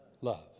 Love